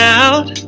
out